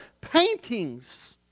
paintings